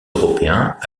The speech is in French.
européens